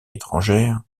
étrangère